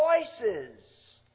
choices